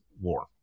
War